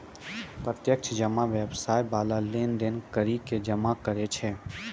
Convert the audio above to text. प्रत्यक्ष जमा व्यवसाय बाला लेन देन करि के जमा करै छै